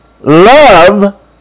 Love